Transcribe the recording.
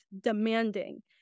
demanding